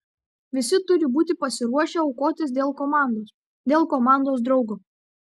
visi turi būti pasiruošę aukotis dėl komandos dėl komandos draugo